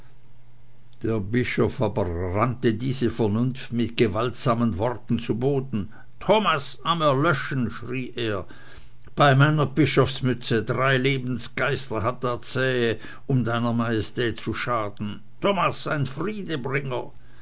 der bischof aber rannte diese vernunft mit gewaltsamen worten zu boden thomas am erlöschen schrie er bei meiner bischofsmütze drei lebensgeister hat der zähe um deiner majestät zu schaden thomas ein